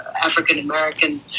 African-American